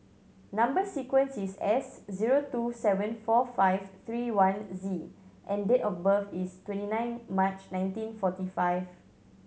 number sequence is S zero two seven four five three one Z and date of birth is twenty nine March nineteen forty five